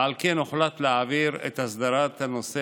ועל כן הוחלט להעביר את הסדרת הנושא